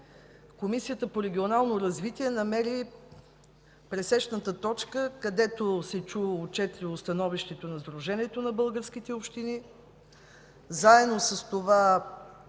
Комисията по регионално развитие намери пресечната точка, където се чу отчетливо становището на Сдружението на българските общини, заедно с това